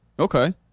Okay